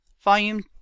volume